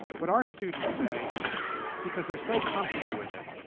but our students say because they're so comfortable with it,